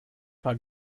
paar